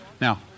Now